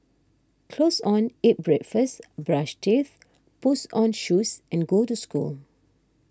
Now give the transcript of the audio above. clothes on eat breakfast brush teeth puts on shoes and go to school